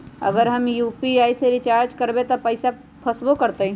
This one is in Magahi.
अगर हम यू.पी.आई से रिचार्ज करबै त पैसा फसबो करतई?